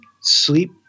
sleep